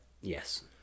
Yes